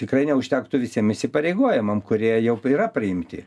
tikrai neužtektų visiem įsipareigojimam kurie jau yra priimti